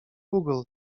google